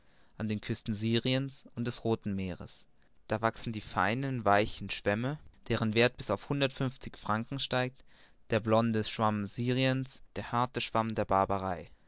an den küsten syriens und des rothen meeres da wachsen die seinen weichen schwämme deren werth bis auf hundertundfünfzig franken steigt der blonde schwamm syriens der harte schwamm der barbarei